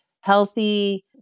healthy